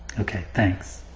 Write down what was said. okay, thanks.